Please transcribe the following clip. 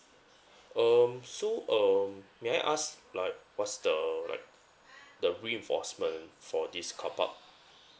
um so um may I ask like what's the like the reinforcement for this carpark